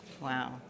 Wow